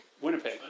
Winnipeg